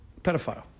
Pedophile